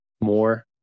more